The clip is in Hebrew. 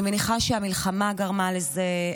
אני מניחה שהמלחמה גרמה לזה,